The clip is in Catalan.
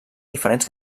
diferents